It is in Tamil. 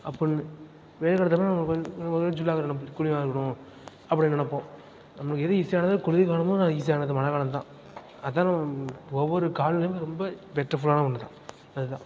அப்புடின்னு வெயில் காலத்தில் நமக்கு வந்து நமக்கு வந்து கூலிங்காக இருக்கணும் அப்படின்னு நினப்போம் நமக்கு எது ஈஸியானது குளிர்காலமும் ஈஸியானது மழைக்காலமும் தான் அதுதான் நமக்கு ஒவ்வொரு காலநிலையும் ரொம்ப பெட்டர்ஃபுல்லான ஒன்றுதான் அதுதான்